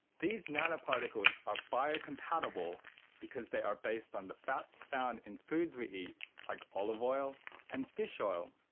these nanoparticles are biocompatible because they are based on the fats found in foods we eat like olive oil and fish oil.